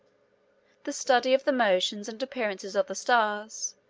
the study of the motions and appearances of the stars,